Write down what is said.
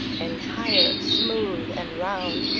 entire, smooth, and round,